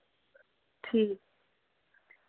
ठीक